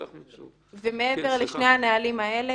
מעבר לשני הנהלים האלה,